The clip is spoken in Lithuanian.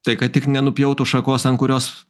tai kad tik nenupjautų šakos ant kurios